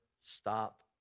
stop